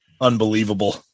Unbelievable